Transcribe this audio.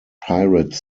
pirate